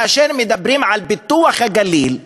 כאשר מדברים על פיתוח הגליל,